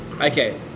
okay